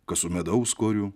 kas su medaus koriu